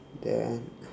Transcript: then